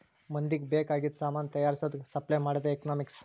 ಮಂದಿಗ್ ಬೇಕ್ ಆಗಿದು ಸಾಮಾನ್ ತೈಯಾರ್ಸದ್, ಸಪ್ಲೈ ಮಾಡದೆ ಎಕನಾಮಿಕ್ಸ್